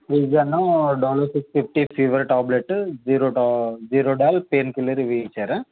cetirizine Dolo six fifty fever tablet Zerodol pain killer ఇవే ఇచ్చారా